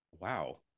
Wow